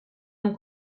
amb